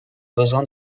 besoins